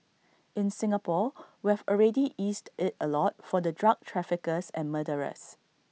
in Singapore we've already eased IT A lot for the drug traffickers and murderers